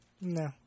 No